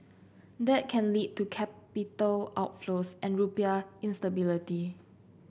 that can lead to capital outflows and rupiah instability